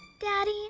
Daddy